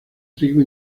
trigo